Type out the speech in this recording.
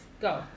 go